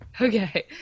Okay